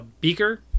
Beaker